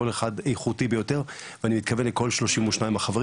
כל אחד איכותי ביותר ואני מתכוון לכל 32 החברים